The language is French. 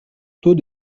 taux